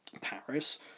Paris